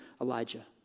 Elijah